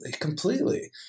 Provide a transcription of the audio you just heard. completely